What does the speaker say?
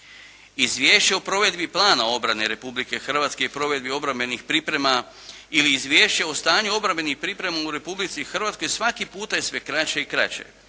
Izvješće o provedbi plana obrane Republike Hrvatske i provedbi obrambenih priprema ili Izvješće o stanju obrambenih priprema u Republici Hrvatskoj svaki puta je sve kraće i kraće.